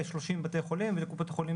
ל-30 בתי חולים ולקופות חולים,